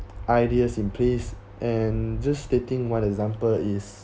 ideas in place and just stating one example is